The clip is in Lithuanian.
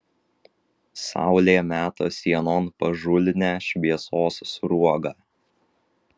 saulė meta sienon pažulnią šviesos sruogą